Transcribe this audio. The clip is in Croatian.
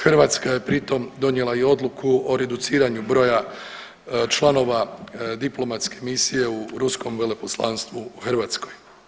Hrvatska je pri tom donijela i odluku o reduciranju broja članova diplomatske misije u ruskom veleposlanstvu u Hrvatskoj.